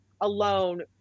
alone